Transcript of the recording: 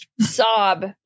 Sob